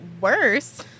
worse